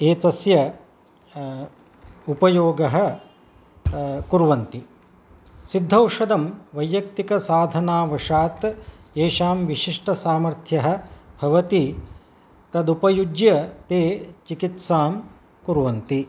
एतस्य उपयोगं कुर्वन्ति सिद्धौषधं वैयक्तिकसाधनावशात् एषां विशिष्टसामर्थ्यं भवति तदुपयुज्य ते चिकित्सां कुर्वन्ति